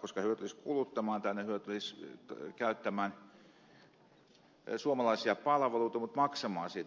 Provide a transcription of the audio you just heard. koska he tulisivat kuluttamaan tänne he tulisivat käyttämään suomalaisia palveluita mutta maksamaan siitä kanssa